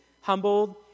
humbled